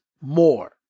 more